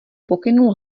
pokynul